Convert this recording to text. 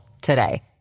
today